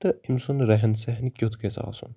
تہٕ أمۍ سُنٛد رٮ۪ہَن سٮ۪ہَن کیُتھ گژھِ آسُن